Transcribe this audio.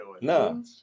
No